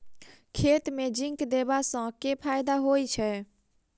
खेत मे जिंक देबा सँ केँ फायदा होइ छैय?